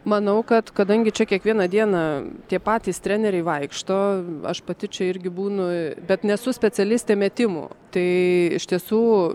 manau kad kadangi čia kiekvieną dieną tie patys treneriai vaikšto aš pati čia irgi būnu bet nesu specialistė metimų tai iš tiesų